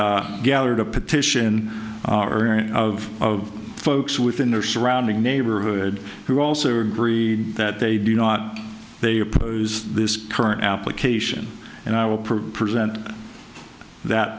gathered a petition of folks within their surrounding neighborhood who also agree that they do not they oppose this current application and i will present that